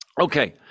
Okay